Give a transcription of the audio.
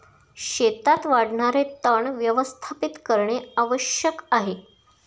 शेतात वाढणारे तण व्यवस्थापित करणे आवश्यक आहे